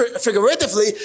figuratively